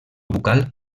bucal